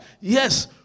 Yes